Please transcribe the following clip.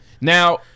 Now